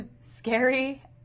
scary